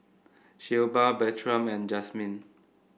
Shelba Bertram and Jazmyne